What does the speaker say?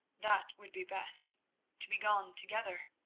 that would be best to begone together.